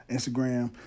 Instagram